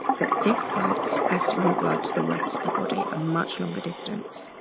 but this side has to pump blood to the rest of the body, a much longer distance.